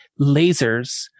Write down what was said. lasers